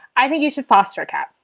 i think you should foster a cat.